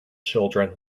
children